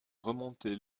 remonter